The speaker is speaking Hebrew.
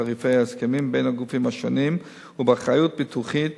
ותעריפי ההסכמים בין הגופים השונים ובאחריות ביטוחית